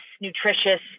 nutritious